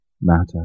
matter